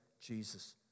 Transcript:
Jesus